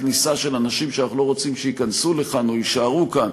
כניסה של אנשים שאנחנו לא רוצים שייכנסו לכאן או יישארו כאן,